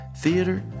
theater